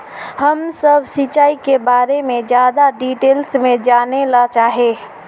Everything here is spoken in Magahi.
हम सब सिंचाई के बारे में ज्यादा डिटेल्स में जाने ला चाहे?